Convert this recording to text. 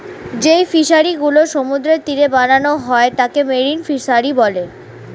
যেই ফিশারি গুলো সমুদ্রের তীরে বানানো হয় তাকে মেরিন ফিসারী বলে